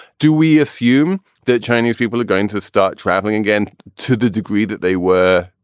do we assume that chinese people are going to start traveling again? to the degree that they were,